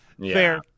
Fair